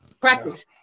Practice